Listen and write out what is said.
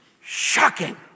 Shocking